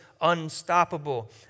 unstoppable